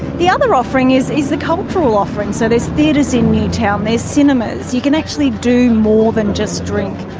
the other offering is is the cultural offering. so there's theatres in newtown, there's cinemas, you can actually do more than just drink.